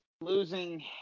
Losing